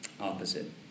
opposite